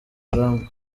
rugamba